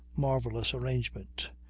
marvellous arrangement.